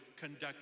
conduct